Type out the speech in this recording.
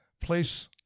place